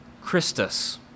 Christus